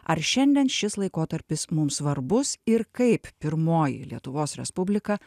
ar šiandien šis laikotarpis mums svarbus ir kaip pirmoji lietuvos respublika